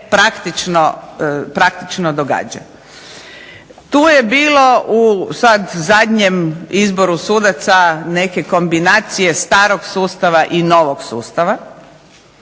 praktično događa. Tu je bilo u sad zadnjem izboru sudaca neke kombinacije starog sustava i novog sustava.